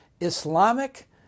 Islamic